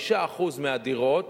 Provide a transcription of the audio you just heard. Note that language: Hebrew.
5% מהדירות